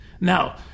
Now